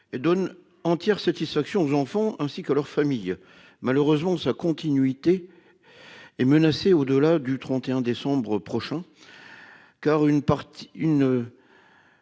donne entière satisfaction aux enfants ainsi qu'à leurs familles. Malheureusement, sa continuité est menacée au-delà du 31 décembre prochain, car une partie